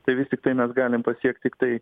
tai vis tiktai mes galim pasiekt tiktai